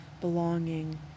belonging